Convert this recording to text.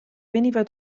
veniva